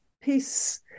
Peace